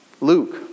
Luke